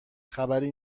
خبری